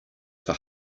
for